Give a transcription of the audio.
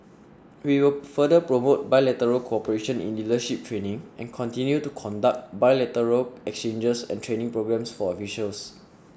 we will further promote bilateral cooperation in leadership training and continue to conduct bilateral exchanges and training programs for officials